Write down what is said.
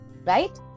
Right